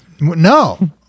No